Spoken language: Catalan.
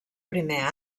primer